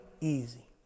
easy